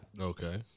Okay